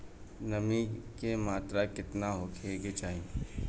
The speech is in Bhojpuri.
नमी के मात्रा केतना होखे के चाही?